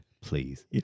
Please